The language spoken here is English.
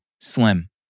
slim